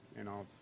you know,